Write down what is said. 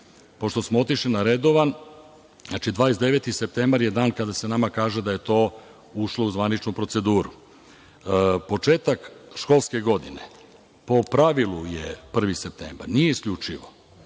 Pošto smo otišli na redovan, znači, 29. septembar je dan kada se nama kaže da je to ušlo u zvaničnu proceduru. Početak školske godine po pravilu je 1. septembar, nije isključivo,